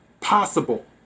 possible